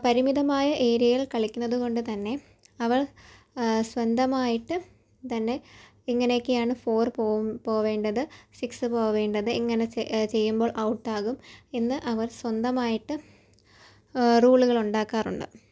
പരിമിതമായ ഏരിയയിൽ കളിക്കുന്നത് കൊണ്ട് തന്നെ അവൾ സ്വന്തമായിട്ട് തന്നെ ഇനങ്ങനെയൊക്കെയാണ് ഫോർ പോവേണ്ടത് സിക്സ് പോവേണ്ടത് ഇങ്ങനെ ചെയ്യുമ്പോൾ ഔട്ടാകും എന്ന് അവർ സ്വന്തമായിട്ട് റൂളുകൾ ഉണ്ടാക്കാറുണ്ട്